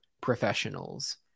professionals